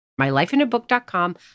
mylifeinabook.com